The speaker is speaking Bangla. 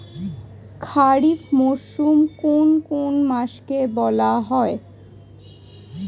খারিফ মরশুম কোন কোন মাসকে বলা হয়?